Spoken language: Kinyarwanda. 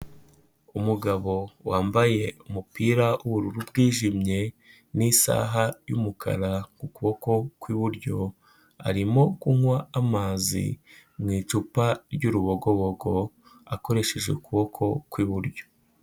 Umugabo wambaye umupira w'ubururu bwijimye n'isaha y'umukara ku kuboko kw'iburyo arimo kunywa amazi mu icupa ry'urubogobogo akoresheje ukuboko kw'iburyo.